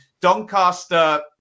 Doncaster